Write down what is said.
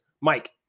Mike